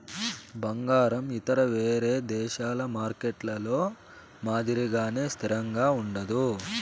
బంగారం ఇతర వేరే దేశాల మార్కెట్లలో మాదిరిగానే స్థిరంగా ఉండదు